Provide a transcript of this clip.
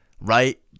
right